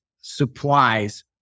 supplies